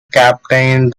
captained